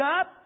up